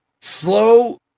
slow